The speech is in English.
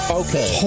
okay